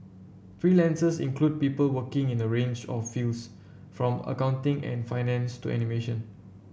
freelancers include people working in a range of fields from accounting and finance to animation